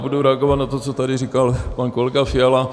Já budu reagovat na to, co tady říkal pan kolega Fiala.